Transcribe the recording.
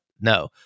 No